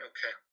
Okay